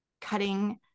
cutting